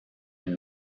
une